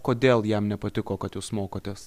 kodėl jam nepatiko kad jūs mokotės